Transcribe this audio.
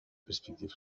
перспектив